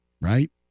right